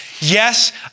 Yes